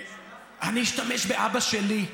אני אשתמש באבא שלי,